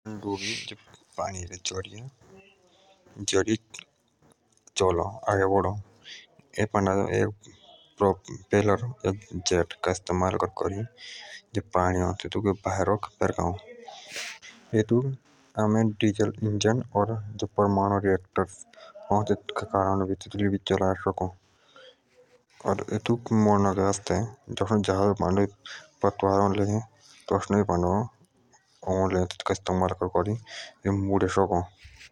पनडुब्बी पानी के जरिया आगे बढो इतोकी जो साइडडो अ से पानी दूर फ्रेंकाओ पनडुब्बी का इंजन डीजल के जरिए चलो और एथॉक मोड़ने के आस्थे जहाज जसो अ जेटोलिया ये मोड़ जाओ।